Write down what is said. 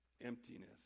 emptiness